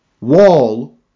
wall